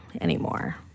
anymore